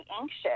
anxious